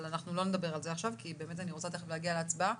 אבל עכשיו לא נדבר על זה כי אני רוצה להגיע להצבעה.